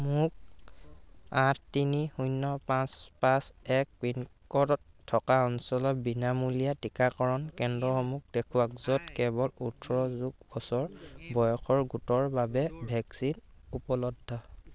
মোক আঠ তিনি শূন্য পাঁচ পাঁচ এক পিনক'ডত থকা অঞ্চল বিনামূলীয়া টিকাকৰণ কেন্দ্ৰসমূহ দেখুৱাওক য'ত কেৱল ওঠৰ যোগ বছৰ বয়সৰ গোটৰ বাবে ভেকচিন উপলব্ধ